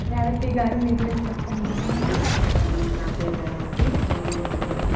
రేవతి గారు మీ గురించి చెప్పండి నా పేరు రేవతి నేనూ